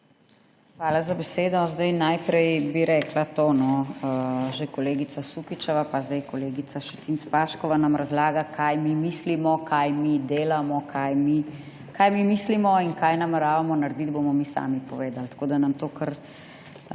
Hvala za besedo. Najprej bi rekla to, že kolegica Sukičeva in zdaj kolegica Šetinc Paškova nam razlaga, kaj mi mislimo, kaj mi delamo. Kaj mi mislimo in kaj nameravamo narediti, bomo mi sami povedali. Tako da nam to kar